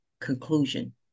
conclusion